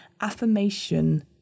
affirmation